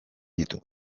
ditu